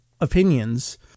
opinions